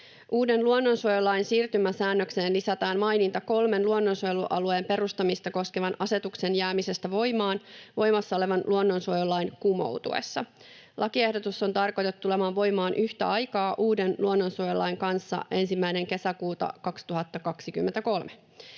Uuden luonnonsuojelulain siirtymäsäännökseen lisätään maininta kolmen luonnonsuojelualueen perustamista koskevan asetuksen jäämisestä voimaan voimassa olevan luonnonsuojelulain kumoutuessa. Lakiehdotus on tarkoitettu tulemaan voimaan yhtä aikaa uuden luonnonsuojelulain kanssa, 1. kesäkuuta 2023.